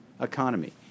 economy